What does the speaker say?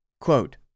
Quote